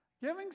Giving